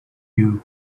you